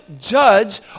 judge